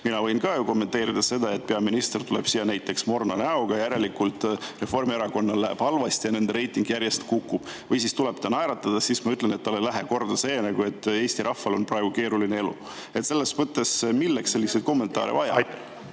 Mina võin ju ka kommenteerida, et kui peaminister tuleb siia näiteks morni näoga, siis järelikult Reformierakonnal läheb halvasti, nende reiting järjest kukub. Või kui ta tuleb naeratades, siis ma ütlen, et talle ei lähe korda see, et Eesti rahval on praegu keeruline elu. Selles mõttes, et milleks selliseid kommentaare vaja